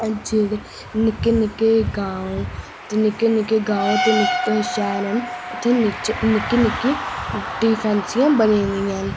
जेहड़ा निक्के निक्के ग्रां ते निक्के निक्के ग्रां ते शैल ना ते निक्के निक्के डिसपैंसरियां बनी दियां न